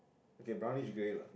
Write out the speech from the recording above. okay brownish grey lah